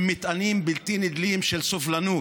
עם מטענים בלתי נדלים של סובלנות,